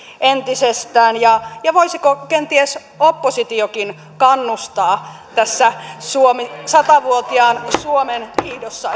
entisestään ja ja voisiko kenties oppositiokin kannustaa tässä sata vuotiaan suomen hiihdossa